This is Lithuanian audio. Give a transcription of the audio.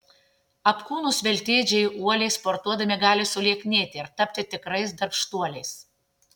apkūnūs veltėdžiai uoliai sportuodami gali sulieknėti ir tapti tikrais darbštuoliais